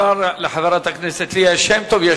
תודה לחברת הכנסת ליה שמטוב.